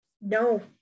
No